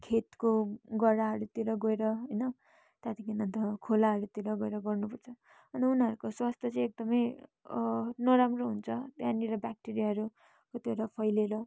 खेतको गह्राहरू तिर गएर होइन त्यहाँदेखि त खोलाहरूतिर गएर गर्नुपर्छ अनि उनीहरूको स्वास्थ्य चाहिँ एकदमै नराम्रो हुन्छ त्यहाँनिर ब्याक्ट्रियाहरू फुटेर फैलिएर